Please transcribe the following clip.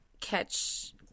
catch